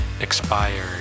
expired